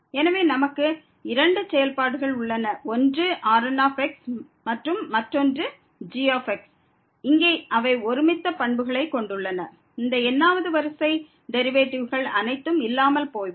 எனவே நமக்கு இரண்டு செயல்பாடுகள் உள்ளன ஒன்று Rnமற்றும் மற்றொன்று g இங்கே அவை ஒருமித்த பண்புகளைக் கொண்டுள்ளன இந்த n வது வரிசை டெரிவேட்டிவ்கள் அனைத்தும் இல்லாமல் போய்விடும்